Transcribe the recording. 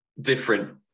different